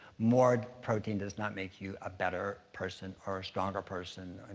more protein does not make you a better person or a stronger person.